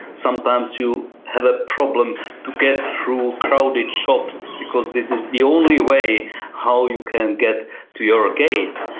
sometimes you have a problem to get through crowded shops because this is the only way how you can get to your gate.